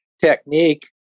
technique